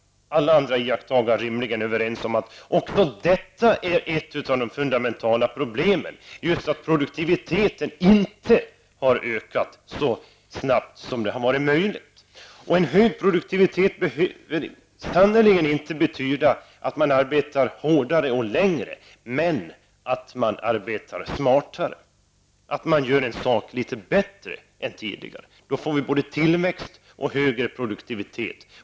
Alla andra iakttagare är rimligen överens om att också detta är ett av de fundamentala problemen, dvs. just det att produktiviteten inte har ökat så snabbt som möjligt. En högre produktivitet behöver sannerligen inte betyda att man arbetar hårdare och längre, däremot att man arbetar smartare, att man gör en sak litet bättre än tidigare. Då får vi både tillväxt och högre produktivitet.